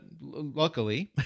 luckily